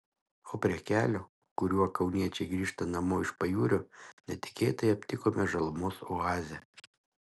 o prie kelio kuriuo kauniečiai grįžta namo iš pajūrio netikėtai aptikome žalumos oazę